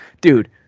dude